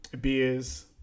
beers